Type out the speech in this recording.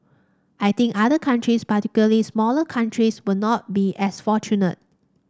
I think other countries particularly smaller countries will not be as fortunate